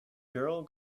girl